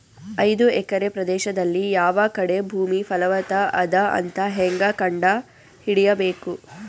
ಐದು ಎಕರೆ ಪ್ರದೇಶದಲ್ಲಿ ಯಾವ ಕಡೆ ಭೂಮಿ ಫಲವತ ಅದ ಅಂತ ಹೇಂಗ ಕಂಡ ಹಿಡಿಯಬೇಕು?